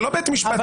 זה לא בית משפט.